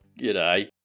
G'day